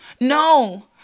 No